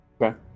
okay